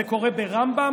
זה קורה ברמב"ם.